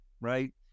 right